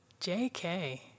JK